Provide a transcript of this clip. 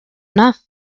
enough